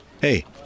Hey